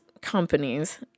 companies